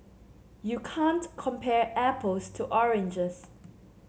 you can't compare apples to oranges